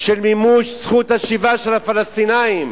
של מימוש זכות השיבה של הפלסטינים,